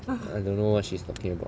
I don't know what she's talking about